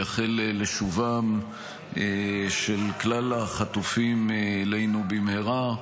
לייחל לשובם של כלל החטופים אלינו במהרה,